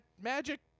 magic